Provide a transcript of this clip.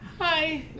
hi